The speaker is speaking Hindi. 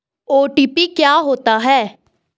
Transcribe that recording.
ओ.टी.पी क्या होता है?